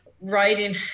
writing